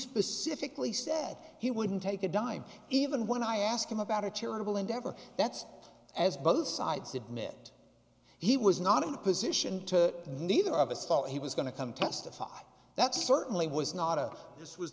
specifically said he wouldn't take a dime even when i asked him about a charitable endeavor that's as both sides admit he was not in a position to neither of us thought he was going to come testify that certainly was not a this was